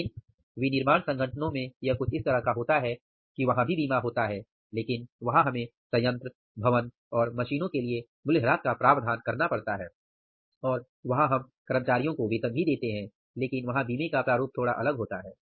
लेकिन विनिर्माण संगठनों में यह कुछ इस तरह का होता है कि वहां भी बीमा होता है लेकिन वहां हमें संयंत्र भवन और मशीनों के लिए मूल्यह्रास का प्रावधान करना पड़ता है और वहां हम कर्मचारियों को वेतन भी देते हैं लेकिन वहां बीमे का प्रारूप थोड़ा अलग होता है